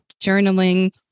journaling